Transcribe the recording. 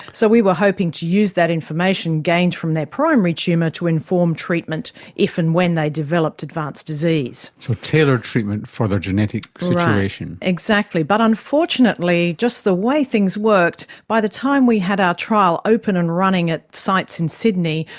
so we were hoping to use that information gained from their primary tumour to inform treatment if and when they developed advanced disease. so tailored treatment for their genetic situation. right, exactly. but unfortunately just the way things worked, by the time we had our trial open and running at sites in sydney,